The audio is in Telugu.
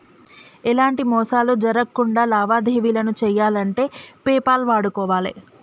ఎలాంటి మోసాలు జరక్కుండా లావాదేవీలను చెయ్యాలంటే పేపాల్ వాడుకోవాలే